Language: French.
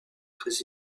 très